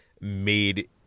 made